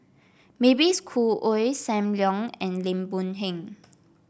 Mavis Khoo Oei Sam Leong and Lim Boon Heng